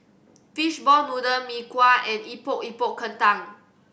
fishball noodle Mee Kuah and Epok Epok Kentang